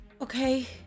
Okay